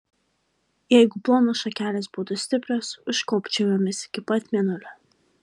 jeigu plonos šakelės būtų stiprios užkopčiau jomis iki pat mėnulio